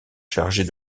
chargés